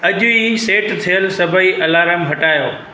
अॼु ई सेट थियलु सभई अलार्म हटायो